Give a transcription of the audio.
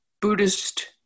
Buddhist